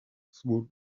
through